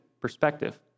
perspective